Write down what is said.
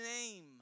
name